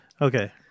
Okay